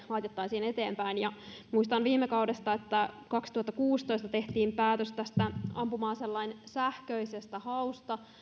laitettaisiin eteenpäin muistan viime kaudesta että kaksituhattakuusitoista tehtiin päätös tästä ampuma aselain sähköisestä hausta